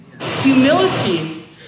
humility